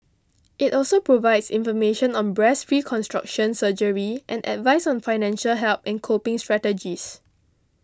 it also provides information on breast reconstruction surgery and advice on financial help and coping strategies